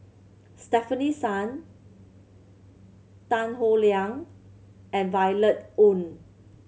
Stefanie Sun Tan Howe Liang and Violet Oon